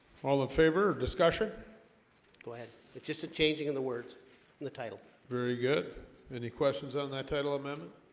all the favor discussion go ahead just a changing in the words in the title very good any questions on that title amendment?